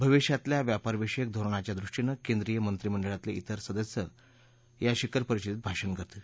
भविष्यातल्या व्यापार विषयक धोरणाच्या दृष्टीनं केंद्रीय मंत्रिमंडळातले इतरही सदस्य शिखर परिषदेत भाषण करतील